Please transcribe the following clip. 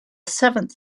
seventh